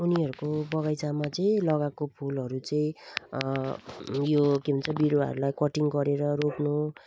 उनीहरूको बगैँचामा चाहिँ लगाएको फुलहरू चाहिँ यो के भन्छ बिरुवाहरूलाई कटिङ् गरेर रोप्नु